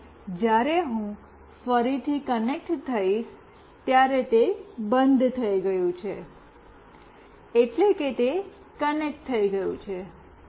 અને જ્યારે હું ફરીથી કનેક્ટ થઈશ ત્યારે તે બંધ થઈ ગયું છે એટલે કે તે કનેક્ટ થઈ ગયું છે